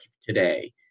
today